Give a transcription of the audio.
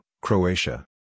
Croatia